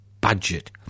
budget